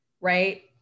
right